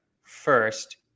First